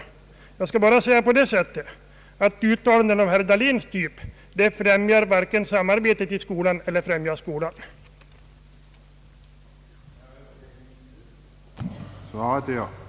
Till behandling i ett sammanhang hade utskottet förehaft 4, att en översyn måtte ske av möjligheterna att i elevvårdssammanhang ålägga tystnadsplikt för lärare på samma sätt som nu gällde för kuratorer, läkare och jämställda,